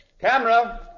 Camera